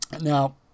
Now